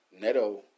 Neto